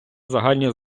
загальні